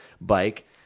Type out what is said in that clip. bike